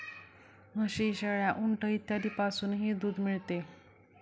म्हशी, शेळ्या, उंट इत्यादींपासूनही दूध मिळते